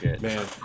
man